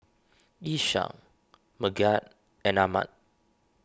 Ishak Megat and Ahmad